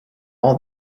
all